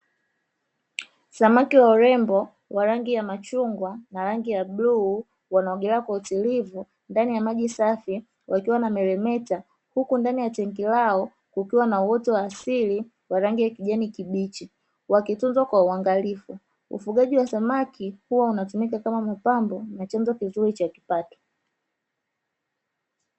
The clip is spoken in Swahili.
Samaki wa urembo wa rangi ya machungwa na rangi ya bluu wanaogelea kwa utulivu ndani ya maji safi wakiwa wanameremeta, huku ndani ya tanki lao kukiwa na utoto wa asili wa rangi ya kijani kibichi wakitunzwa kwa uangalifu. Ufugaji wa samaki huwa unatumika kama mapambo na chanzo kizuri cha mapato.